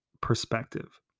perspective